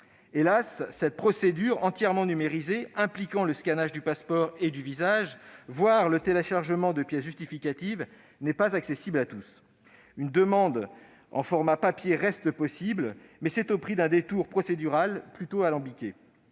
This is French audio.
Hélas, cette procédure entièrement numérisée, impliquant le scannage du passeport et du visage, voire le téléchargement de pièces justificatives, n'est pas accessible à tous. Une demande en format papier reste possible, mais c'est au prix d'un détour procédural plutôt alambiqué.